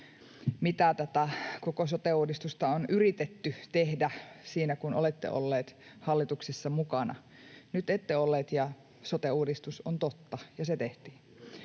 mitä tätä koko sote-uudistusta on yritetty tehdä siinä, kun olette olleet hallituksissa mukana. Nyt ette olleet, ja sote-uudistus on totta ja se tehtiin.